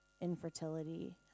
infertility